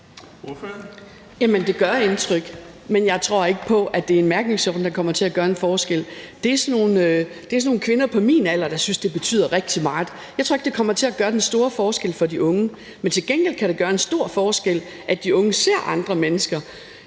det gør indtryk. Men jeg tror ikke på, at det er en mærkningsordning, der kommer til at gøre en forskel. Det er sådan nogle kvinder på min alder, der synes, at det betyder rigtig meget. Jeg tror ikke, det kommer til at gøre den store forskel for de unge. Men til gengæld kan det gøre en stor forskel, at de unge ser andre mennesker,